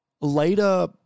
later